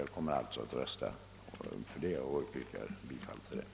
Jag yrkar alltså bifall till reservationen.